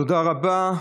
תודה רבה.